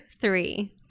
three